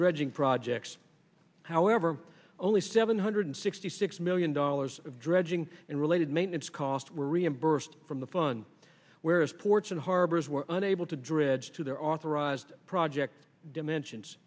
dredging projects however only seven hundred sixty six million dollars of dredging and related maintenance cost were reimbursed from the fun whereas ports and harbors were unable to dredge to their authorized project dimensions